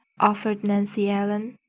offered nancy ellen.